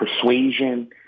persuasion